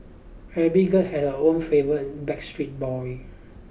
every girl had her own favourite Backstreet Boy